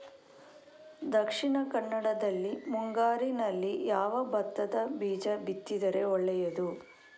ದಕ್ಷಿಣ ಕನ್ನಡದಲ್ಲಿ ಮುಂಗಾರಿನಲ್ಲಿ ಯಾವ ಭತ್ತದ ಬೀಜ ಬಿತ್ತಿದರೆ ಒಳ್ಳೆಯದು?